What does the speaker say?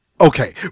okay